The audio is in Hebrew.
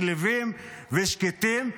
שלווים ושקטים.